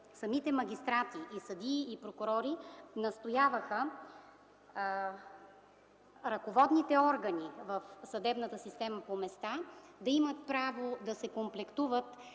самите съдии, прокурори и магистрати настояваха ръководните органи в съдебната система по места да имат право да се комплектуват